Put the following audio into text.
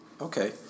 Okay